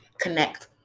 connect